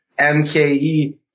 MKE